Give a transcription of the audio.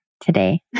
today